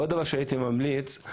עוד דבר שהייתי ממליץ,